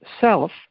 self